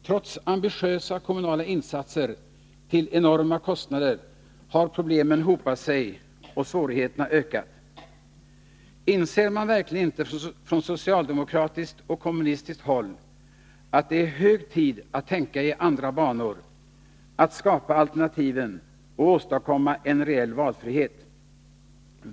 Trots ambitiösa kommunala insatser till enorma kostnader har problemen hopat sig och svårigheterna ökat. Inser man verkligen inte från socialdemokratiskt och kommunistiskt håll att det är hög tid att tänka i andra banor, att skapa alternativen och åstadkomma en reell valfrihet?